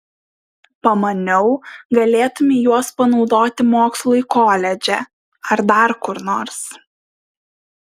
pamaniau galėtumei juos panaudoti mokslui koledže ar dar kur nors